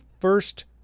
first